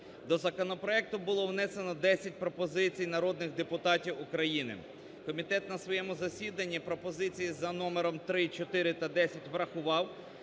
До законопроекту було внесено десять пропозицій народних депутатів України. Комітет на своєму засіданні пропозиції за номером 3, 4 та 10 врахував.